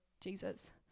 Jesus